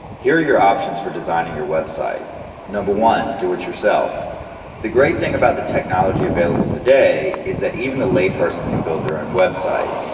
here are your options for designing your website one. do it yourself the great thing about the technology available today is that even the layperson can build their own website.